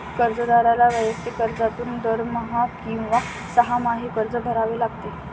कर्जदाराला वैयक्तिक कर्जातून दरमहा किंवा सहामाही कर्ज भरावे लागते